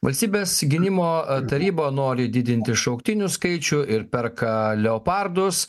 valstybės gynimo taryba nori didinti šauktinių skaičių ir perka leopardus